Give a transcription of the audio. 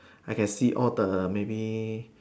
I can see all the maybe